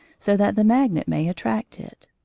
so that the magnet may attract it.